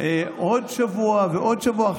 עוד שבוע ועוד שבוע.